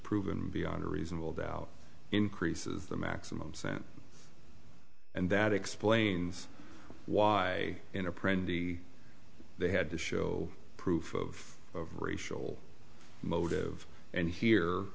proven beyond a reasonable doubt increases the maximum sentence and that explains why in a pretty they had to show proof of of racial motive and here